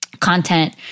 content